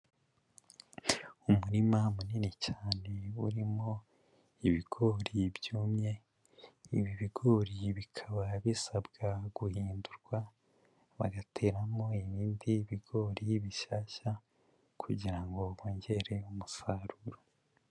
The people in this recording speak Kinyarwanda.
Umurima munini cyane urimo ibigori byumye, ibi bigori bikaba bisabwa guhindurwa, bagateramo ibindi bigori bishyashya, kugira ngo bongere umusaruro.